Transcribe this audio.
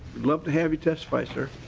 love to have you testified sir